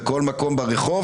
בכל מקום ברחוב,